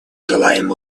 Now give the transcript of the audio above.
желаем